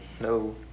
no